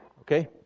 Okay